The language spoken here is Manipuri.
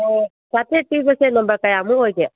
ꯆꯥꯇ꯭ꯔꯦꯠ ꯄꯤꯕꯁꯦ ꯅꯝꯕꯔ ꯀꯌꯥꯃꯨꯛ ꯑꯣꯏꯒꯦ